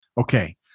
Okay